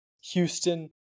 Houston